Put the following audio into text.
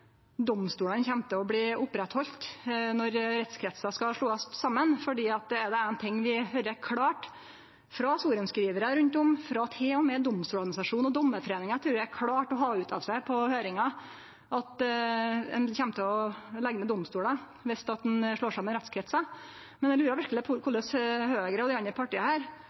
domstolane kjem til å bli oppretthaldne når rettskretsar skal slåast saman. For er det éin ting vi høyrer klart frå sorenskrivarar rundt om – til og med Domstoladministrasjonen og Dommerforeningen trur eg klarte å ha det ut av seg på høyringa – så er det at ein kjem til å leggje ned domstolar om ein slår saman rettskretsar. Eg lurer verkeleg på korleis Høgre og